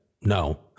no